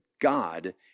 God